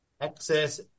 Access